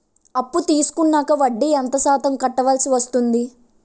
అప్పు తీసుకున్నాక వడ్డీ ఎంత శాతం కట్టవల్సి వస్తుంది?